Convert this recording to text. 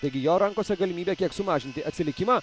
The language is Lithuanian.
taigi jo rankose galimybė kiek sumažinti atsilikimą